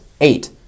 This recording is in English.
Eight